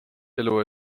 elu